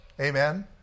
Amen